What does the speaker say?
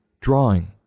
drawing